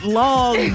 long